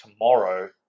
tomorrow